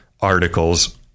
articles